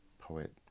poet